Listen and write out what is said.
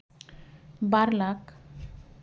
ᱵᱟᱨ lakh